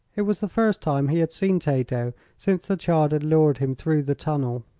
it was the first time he had seen tato since the child had lured him through the tunnel.